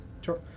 Sure